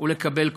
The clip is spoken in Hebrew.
ולקבל כותרות.